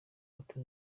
bato